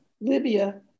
Libya